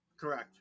correct